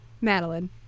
Madeline